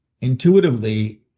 intuitively